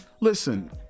Listen